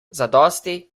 zadosti